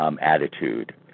attitude